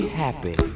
happy